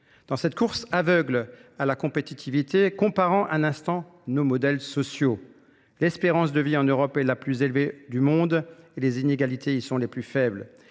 Dans cette course aveugle à la compétitivité, comparant un instant nos modèles sociaux, L'espérance de vie en Europe est la plus élevée du monde et les inégalités y sont les plus faibles.